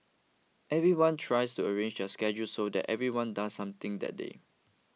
everyone tries to arrange their schedules so that everyone does something that day